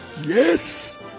Yes